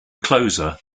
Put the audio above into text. closer